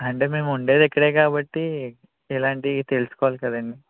ఆంటే మేము ఉండేది ఇక్కడే కాబట్టి ఇలాంటివి తెలుసుకోవాలి కదండి